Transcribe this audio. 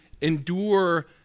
endure